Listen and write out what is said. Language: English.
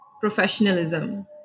professionalism